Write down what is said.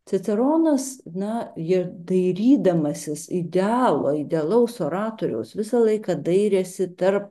ciceronas na ji dairydamasis idealo idealaus oratoriaus visą laiką dairėsi tarp